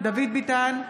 דוד ביטן,